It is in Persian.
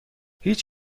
هیچ